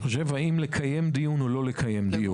אני חושב האם לקיים דיון או לא לקיים דיון.